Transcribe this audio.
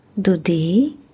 Dudi